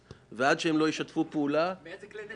עד שהם לא ישתפו פעולה -- עם איזה כלי נשק?